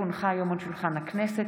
כי הונחה היום על שולחן הכנסת,